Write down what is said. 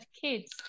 kids